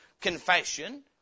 confession